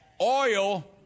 Oil